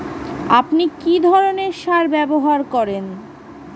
আপনি কী ধরনের সার ব্যবহার করেন?